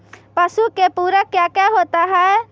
पशु के पुरक क्या क्या होता हो?